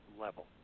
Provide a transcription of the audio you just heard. level